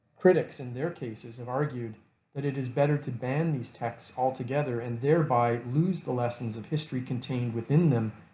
critics and their cases have argued that it is better to ban these texts altogether and thereby lose the lessons of history contained within them,